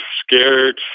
scared